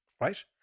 right